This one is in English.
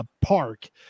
park